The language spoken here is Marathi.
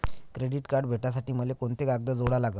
क्रेडिट कार्ड भेटासाठी मले कोंते कागद जोडा लागन?